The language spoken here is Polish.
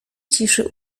ciszy